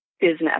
business